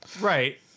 Right